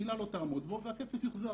הקהילה לא תעמוד בו והכסף יוחזר.